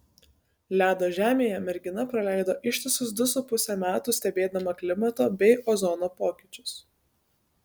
ledo žemėje mergina praleido ištisus du su puse metų stebėdama klimato bei ozono pokyčius